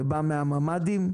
שבא מהממ"דים,